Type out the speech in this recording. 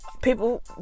People